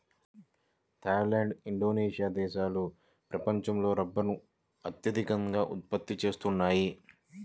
Thai land, Indonesia దేశాలు ప్రపంచంలో రబ్బరును అత్యధికంగా ఉత్పత్తి చేస్తున్నాయి